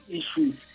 issues